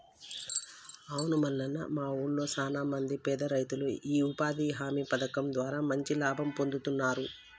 అవును మల్లన్న మా ఊళ్లో సాన మంది పేద రైతులు ఈ ఉపాధి హామీ పథకం ద్వారా మంచి లాభం పొందుతున్నారు